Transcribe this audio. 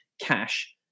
cash